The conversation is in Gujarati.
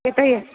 કે તૈયાર